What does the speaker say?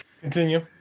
continue